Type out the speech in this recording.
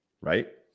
right